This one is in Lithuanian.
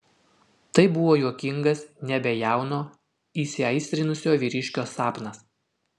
tai buvo juokingas nebejauno įsiaistrinusio vyriškio sapnas